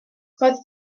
roedd